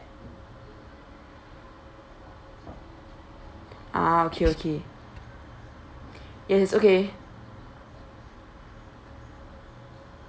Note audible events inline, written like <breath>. ah okay okay <breath> it's okay